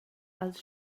als